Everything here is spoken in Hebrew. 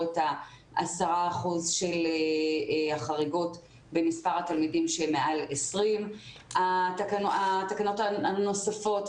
את ה-10 אחוזים של החריגות במספר התלמידים שמעל 20. התקנות הנוספות,